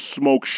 smoke